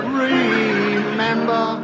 remember